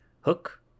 Hook